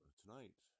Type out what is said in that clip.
tonight